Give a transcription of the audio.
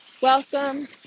Welcome